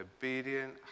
obedient